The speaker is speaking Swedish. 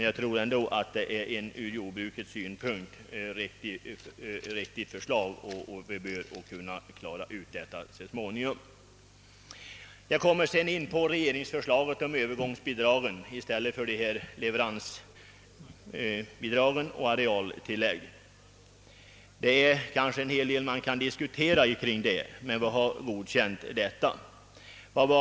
Jag tror emellertid att det är ett ur jordbrukets synpunkt riktigt förslag. Vi bör därför kunna klara den saken så småningom. Jag kommer sedan in på regeringsförslaget om övergångsbidrag i stället för leveransbidragen och arealtilläggen. Man kanske skulle kunna diskutera andra lösningar, men vi har godkänt detta förslag.